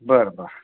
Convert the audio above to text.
बर बर